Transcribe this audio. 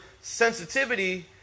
sensitivity